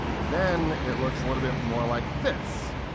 then it looks a little bit more like this,